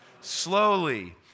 Slowly